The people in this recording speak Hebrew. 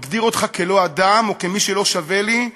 מגדיר אותך כלא-אדם או כמי שלא שווה לי,